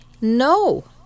no